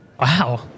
Wow